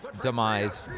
demise